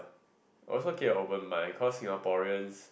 also keep an open mind cause Singaporeans